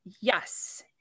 yes